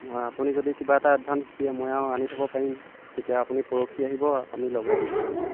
আপুনি যদি কিবা এটা এডভান্স দিয়ে মই আৰু আনি থ'ব পাৰিম তেতিয়া আপুনি পৰহি আহিব আমি লগাই দি পঠিয়াম